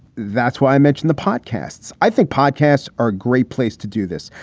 that's why i mentioned the podcasts. i think podcasts are a great place to do this.